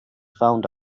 found